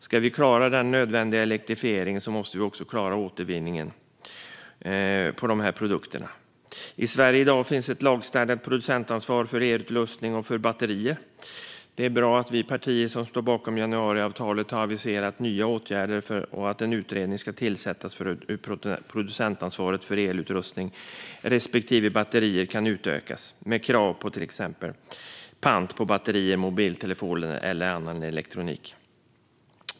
Ska vi klara den nödvändiga elektrifieringen måste vi också klara återvinningen av dessa produkter. I Sverige finns i dag ett lagstiftat producentansvar för elutrustning och batterier. Det är bra att vi partier som står bakom januariavtalet har aviserat nya åtgärder och att en utredning ska tillsättas om hur producentansvaret för elutrustning respektive batterier kan utökas med till exempel krav på pant för batterier, mobiltelefoner och annan elektronik.